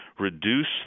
reduce